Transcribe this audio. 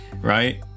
right